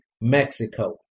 Mexico